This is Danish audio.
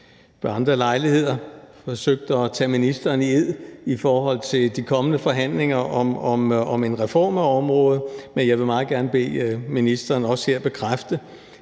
andre lejligheder forsøgt at tage ministeren i ed i forhold til de kommende forhandlinger om en reform af området – vil jeg meget gerne bede ministeren også her bekræfte,